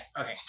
okay